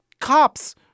cops